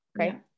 Okay